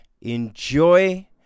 enjoy